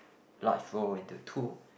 large bowl into two